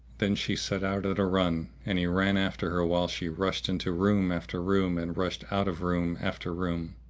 then she set out at a run and he ran after her while she rushed into room after room and rushed out of room after room,